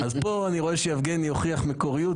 אני מקשיב לכל הדוברים.